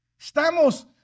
Estamos